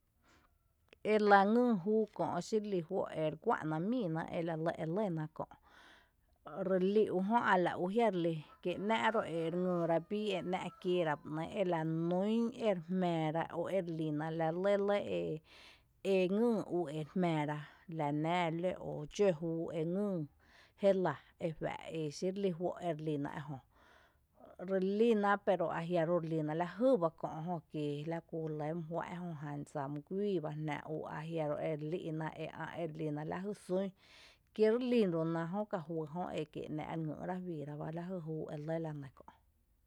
E lⱥ ngyy júu kö’ xí relí juó’ ere guá’na míina ela lɇ e lýna kö’ relí ujö a la ú jia’ re lí kí ‘ná’ ró’ ere ngyyra bíi e ‘ná’ kieera bá ´né’e’ ela nún e re jmⱥⱥ ra o ere lína la lɇ lɇ e ngyyú e re jmⱥⱥ ra la nⱥⱥ ló ú o dxǿ júu e ngyy jé lⱥ e juⱥxí re lí juó’ re lína ejö, relína pero a jia’ relína lajý jö kie la kú re lɇ my juá´n jö dsa mý guíi bá jná ú ajiaro ere lí’na ere lína lajy sún kírelín roná jö kajuý kí ‘ná’ re ngý’rá juiira bá lajy júú e lɇ la né kö’.